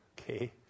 Okay